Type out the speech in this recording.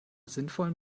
sinnvollen